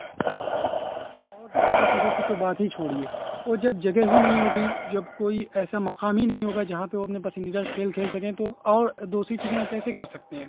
کیا نہیں ہے اور دوسری چیزوں کی تو بات ہی چھوڑیے وہ جب جگہ ہی نہیں ہوگی جب کوئی ایسا مقام ہی نہیں ہوگا جہاں پہ وہ اپنے پسندیدہ کھیل کھیل سکیں تو اور دوسری چیزوں وہ کیسے کر سکتے ہیں